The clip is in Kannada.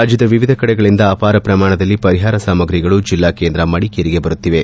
ರಾಜ್ಯದ ವಿವಿಧ ಕಡೆಗಳಿಂದ ಅಪಾರ ಪ್ರಮಾಣದಲ್ಲಿ ಪರಿಹಾರ ಸಾಮಾಗ್ರಿಗಳು ಜೆಲ್ಲಾಕೇಂದ್ರ ಮಡಿಕೇರಿಗೆ ಬರುತ್ತಿವೆ